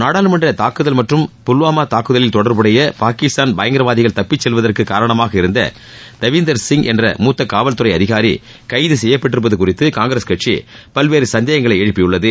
நாடாளுமன்ற தாக்குதல் மற்றும் புல்வாமா தாக்குதலில் தொடர்புடைய பாகிஸ்தான் பயங்கரவாதிகள் தப்பிச் செல்வதற்கு காரணமாக இருந்த தவீந்தர சிங் என்ற மூத்த காவல் துறை அதிகாரி கைது செய்யப்பட்டிருப்பது குறித்து காங்கிரஸ் கட்சி பல்வேறு சந்தேகங்களை எழுப்பியுள்ளது